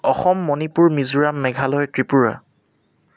Assam Manipur Mizoram Meghalaya Tripura